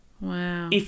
Wow